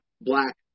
black